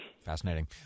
Fascinating